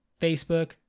facebook